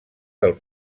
del